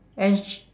and she